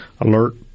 alert